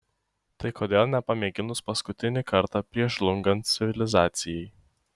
tai kodėl nepamėginus paskutinį kartą prieš žlungant civilizacijai